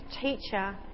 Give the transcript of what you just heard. teacher